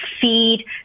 feed